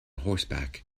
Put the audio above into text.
horseback